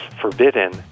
forbidden